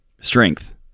strength